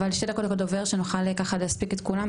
אבל שתי דקות לכל דובר, שנוכל ככה להספיק את כולם.